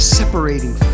separating